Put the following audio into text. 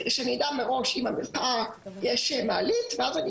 שאני אדע מראש אם במרפאה יש מעלית ואז אני